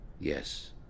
Yes